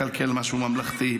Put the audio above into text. לא כדאי לקלקל משהו ממלכתי.